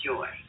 Joy